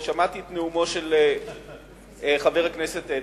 ושמעתי את נאומו של חבר הכנסת אדרי,